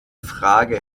frage